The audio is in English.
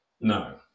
no